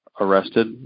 arrested